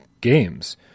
games